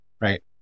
right